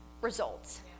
results